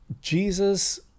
Jesus